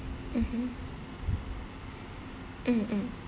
mmhmm mm mm